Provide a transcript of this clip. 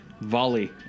Volley